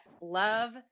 love